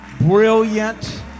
brilliant